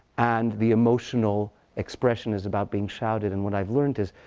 and the emotional expression is about being shouted. and what i've learned is,